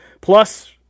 Plus